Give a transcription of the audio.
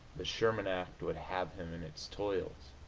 the sherman act would have him in its toils